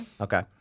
Okay